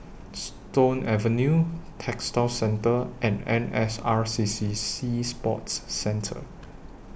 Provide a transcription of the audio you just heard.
Stone Avenue Textile Centre and N S R C C Sea Sports Centre